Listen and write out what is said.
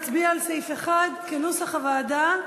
סעיף 1 כנוסח הוועדה.